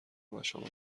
مشامم